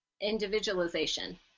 Individualization